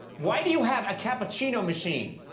why do you have a cappuccino machine?